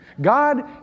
God